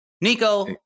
Nico